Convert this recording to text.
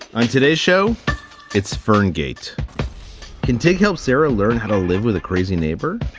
on today's show it's fern gates can take help. sarah, learn how to live with a crazy neighbor.